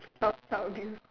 child child abuse